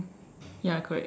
ya correct